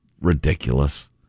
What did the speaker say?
ridiculous